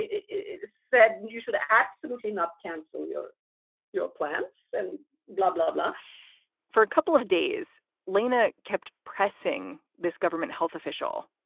it is said you should ah absolutely not cancel your your plants and blah, blah, blah for a couple of days lena kept pressing this government health official,